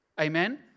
Amen